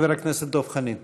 חבר הכנסת דב חנין.